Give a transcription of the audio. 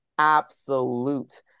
absolute